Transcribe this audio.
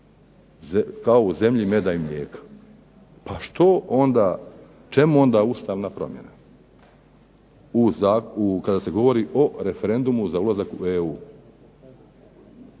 kao u zemlji meda i mlijeka. Pa što onda, čemu onda ustavna promjena kada se govori o referendumu za ulazak u EU.